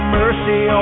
mercy